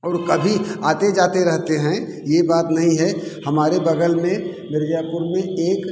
और कभी आते जाते रहते हैं ये बात नहीं है हमारे बगल में मिर्ज़ापुर में एक